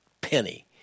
penny